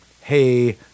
Hey